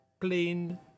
Plain